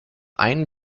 ein